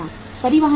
परिवहन लागत है